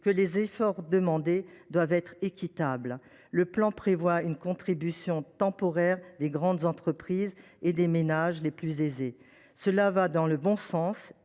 que les efforts demandés doivent être équitables. Le plan prévoit ainsi une contribution temporaire des grandes entreprises et des ménages les plus aisés. Cela va dans le bon sens.